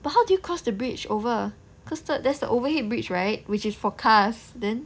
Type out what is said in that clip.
but how do you cross the bridge over cause that's the overhead bridge right which is for cars then